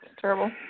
Terrible